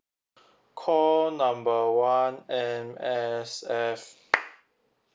call number one M_S_F